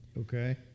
Okay